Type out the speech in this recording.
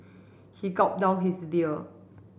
he gulp down his beer